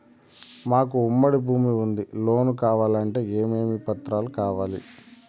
మాకు ఉమ్మడి భూమి ఉంది లోను కావాలంటే ఏమేమి పత్రాలు కావాలి?